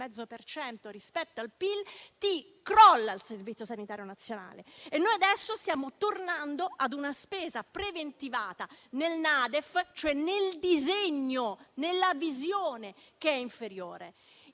del 6,5 per cento rispetto al PIL, crolla il Servizio sanitario nazionale e adesso stiamo tornando a una spesa preventivata nella NADEF, cioè nel disegno, nella visione, che è inferiore.